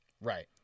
right